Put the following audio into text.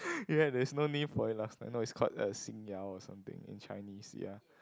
ya there's no name for it last time now it's called uh 新谣:Xin Yao or something in Chinese ya